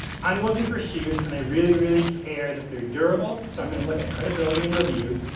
i'm looking for shoes, and i really really care that they're durable, so i'm gonna look at credibility and reviews.